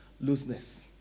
looseness